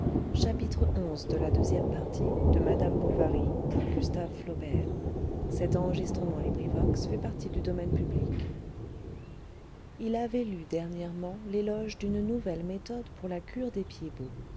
il avait lu dernièrement l'éloge d'une nouvelle méthode pour la cure des